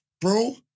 Bro